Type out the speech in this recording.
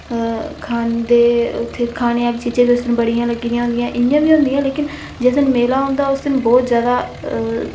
खंदे उत्थै खाने आह्लियां चीजां बी उस दिन बड़ियां लग्गी दियां होंदियां इ'यां बी होंदियां लेकिन जे देन मेला होंदा उस दिन बहुत जादा